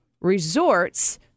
resorts